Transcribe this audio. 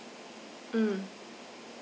mm